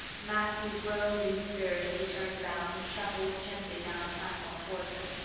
matthew groaned in spirit as he turned about and shuffled gently down the platform towards her.